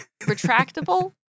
Retractable